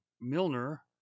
Milner